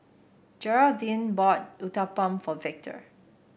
Gearldine bought Uthapam for Victor